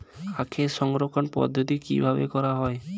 আখের সংরক্ষণ পদ্ধতি কিভাবে করা হয়?